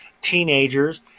teenagers